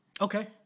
Okay